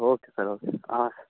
okay sir okay ಹಾಂ